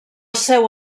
seu